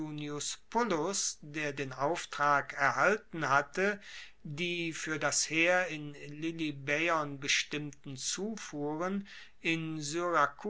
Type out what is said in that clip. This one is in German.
der den auftrag erhalten hatte die fuer das heer in lilybaeon bestimmten zufuhren in